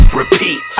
repeat